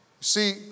See